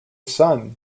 son